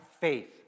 faith